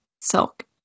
silk